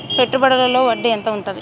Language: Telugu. పెట్టుబడుల లో వడ్డీ ఎంత ఉంటది?